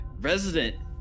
Resident